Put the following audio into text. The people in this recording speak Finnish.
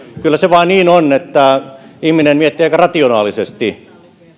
kyllä se vain niin on että ihminen miettii aika rationaalisesti